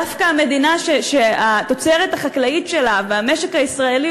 דווקא המדינה שהתוצרת החקלאית שלה והמשק הישראלי